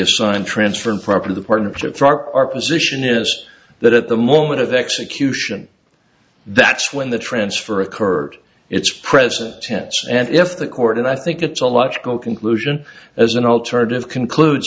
a sine transfer improper to the partners of our position is that at the moment of execution that's when the transfer occurred it's present tense and if the court and i think it's a logical conclusion as an alternative conclude